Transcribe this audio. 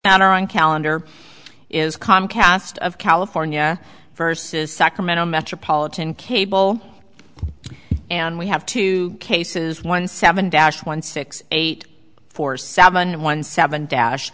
our own calendar is comcast of california versus sacramento metropolitan cable and we have two cases one seven dash one six eight four seven one seven dash